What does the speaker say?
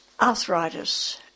Arthritis